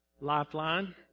Lifeline